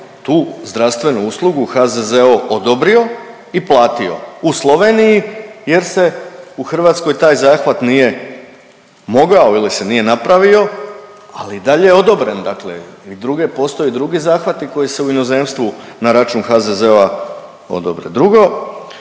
tu zdravstvenu uslugu HZZO odobrio i platio u Sloveniji jer se u Hrvatskoj taj zahvat nije mogao ili se nije napravio, ali i dalje je odobren, dakle i drugi, postoje i drugi zahvati koji se u inozemstvu na račun HZZO-a odobre. Drugo,